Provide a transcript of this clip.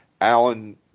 Alan